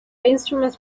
instruments